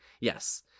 yes